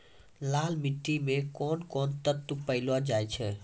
लाल मिट्टी मे कोंन कोंन तत्व पैलो जाय छै?